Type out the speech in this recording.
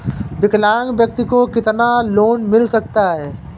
विकलांग व्यक्ति को कितना लोंन मिल सकता है?